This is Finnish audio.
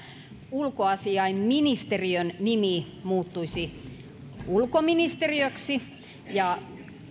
ulkoasiainministeriön nimi muuttuisi ulkoministeriöksi ja